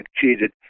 cheated